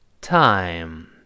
time